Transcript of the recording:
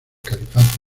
califato